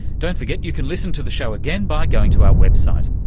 don't forget you can listen to the show again by going to our website,